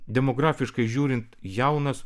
demografiškai žiūrint jaunas